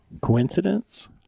Coincidence